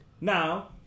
Now